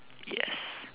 yes